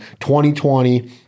2020